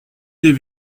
des